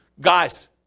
guys